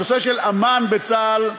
הנושא של אמ"ן בצה"ל,